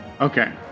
Okay